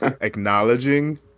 acknowledging